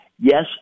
yes